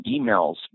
emails